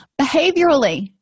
Behaviorally